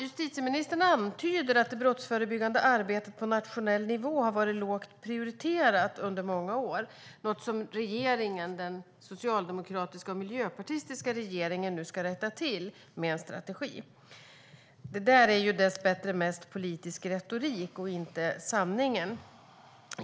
Justitieministern antyder att det brottsförebyggande arbetet på nationell nivå har varit lågt prioriterat under många år, något som den socialdemokratiska och miljöpartistiska regeringen nu ska rätta till med en strategi. Det där är dessbättre mest politisk retorik och inte sanningen.